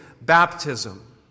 baptism